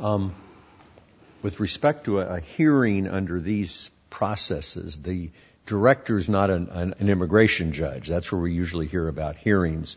sure with respect to a hearing under these processes the director is not an immigration judge that's where we usually hear about hearings